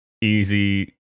easy